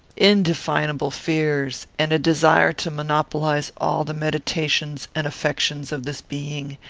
indefinable fears, and a desire to monopolize all the meditations and affections of this being,